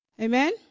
Amen